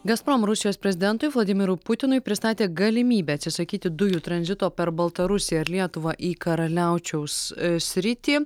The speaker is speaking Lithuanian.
gazprom rusijos prezidentui vladimirui putinui pristatė galimybę atsisakyti dujų tranzito per baltarusiją ir lietuvą į karaliaučiaus sritį